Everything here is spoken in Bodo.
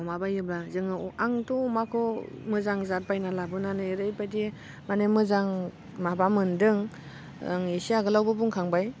अमा बायोबा जोङो आंथ' अमाखौ मोजां जाद बायना लाबोनानै ओरैबायदि माने मोजां माबा मोन्दों आं एसे आगोलावबो बुंखांबाय